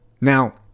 Now